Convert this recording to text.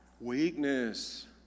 Weakness